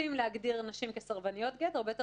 נוטים להגדיר נשים כסרבניות גט הרבה יותר